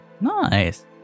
Nice